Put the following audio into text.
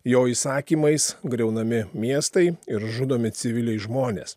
jo įsakymais griaunami miestai ir žudomi civiliai žmonės